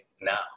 now